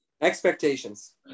expectations